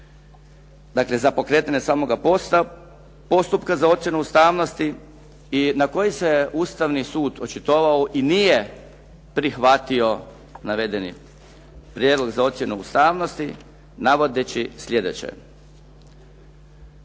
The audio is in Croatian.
dakle za pokretanje samoga postupka za ocjenu ustavnosti i na koji se Ustavni sud očitovao i nije prihvatio navedeni prijedlog za ocjenu ustavnosti navodeći slijedeće.